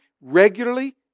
regularly